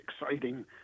exciting